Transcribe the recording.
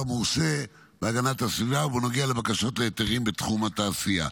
מורשה הגנת הסביבה ובנוגע לבקשות להיתרים בתחום התעשייה.